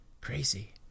crazy